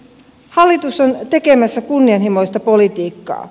hallitus on tekemässä kunnianhimoista politiikkaa